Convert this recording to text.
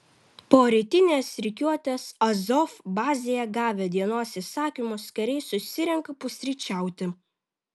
po rytinės rikiuotės azov bazėje gavę dienos įsakymus kariai susirenka pusryčiauti